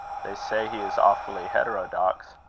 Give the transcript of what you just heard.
they say he is awfully heterodox.